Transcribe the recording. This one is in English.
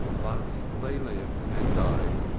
thus they lived and died,